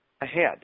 ahead